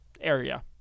area